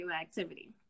activity